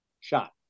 shot